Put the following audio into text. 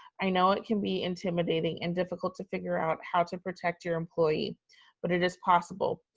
i know it can be intimidating and difficult to figure out how to protect your employee but it is possible.